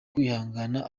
kwihangana